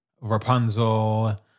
Rapunzel